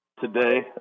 today